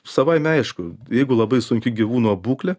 savaime aišku jeigu labai sunki gyvūno būklė